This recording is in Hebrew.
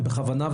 זה בכוונה,